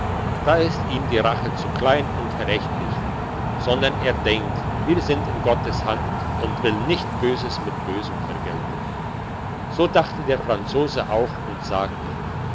da ist ihm die rache zu klein und verächtlich sondern er denkt wir sind in gottes hand und will nicht böses mit bösem vergelten so dachte der franzose auch und sagte